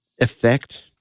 effect